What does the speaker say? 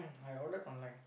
I ordered online